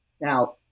Now